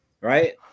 right